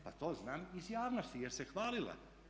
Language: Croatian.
Pa to znam iz javnosti jer se hvalila.